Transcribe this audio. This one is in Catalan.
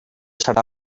serà